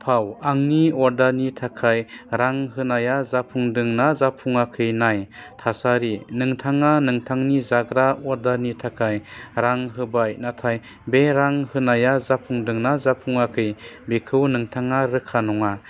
थाव आंनि अर्डारनि थाखाय रां होनाया जाफुंदोंना जाफुङाखै नाय थासारि नोंथाङा नोंथांनि जाग्रा अर्डारनि थाखाय रां होबाय नाथाय बे रां होनाया जाफुंदोंना जाफुङाखै बेखौ नोंथाङा रोखा नङा